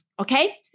okay